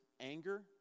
anger